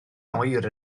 oer